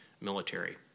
military